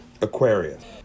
Aquarius